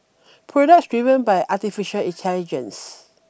products driven by artificial intelligence